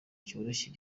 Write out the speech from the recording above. cyoroshye